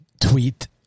tweet